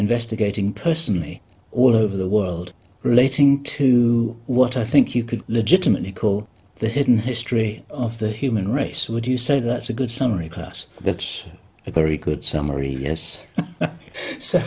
investigating personally all over the world relating to what i think you could legitimately call the hidden history of the human race would you say that's a good summary class that's a very good summary yes so